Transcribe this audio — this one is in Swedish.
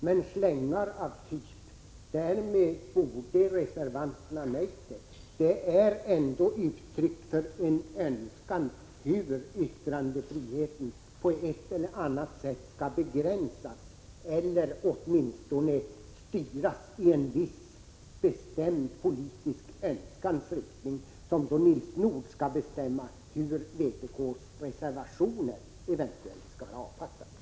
Men slängar om att därmed borde reservanterna ha nöjt sig är ändå uttryck för en önskan om att yttrandefriheten på ett eller annat sätt skall begränsas eller åtminstone styras i en viss bestämd politisk riktning och att Nils Nordh då skall bestämma inriktningen av vpk:s reservationer.